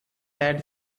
had